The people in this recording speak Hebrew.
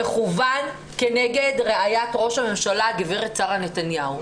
שמכוון כנגד רעיית ראש הממשלה הגברת שרה נתניהו.